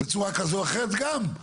בצורה כזו או אחרת גם,